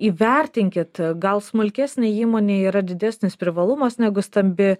įvertinkit gal smulkesnė įmonė yra didesnis privalumas negu stambi